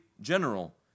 general